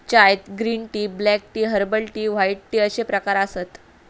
चायत green tea, black tea, herbal tea, white tea अश्ये प्रकार आसत